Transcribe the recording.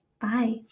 Bye